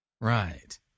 Right